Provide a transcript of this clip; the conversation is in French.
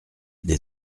des